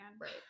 Right